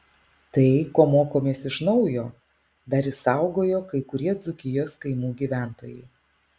tai ko mokomės iš naujo dar išsaugojo kai kurie dzūkijos kaimų gyventojai